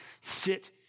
sit